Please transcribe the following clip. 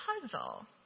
puzzle